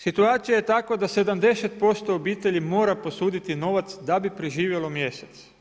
Situacija je takva da 70% obitelji mora posuditi novac da bi preživilo mjesec.